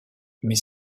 mais